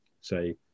say